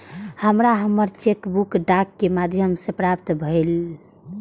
हमरा हमर cheque book डाक के माध्यम से प्राप्त भईल